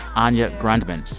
anya grundmann.